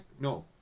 No